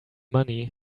money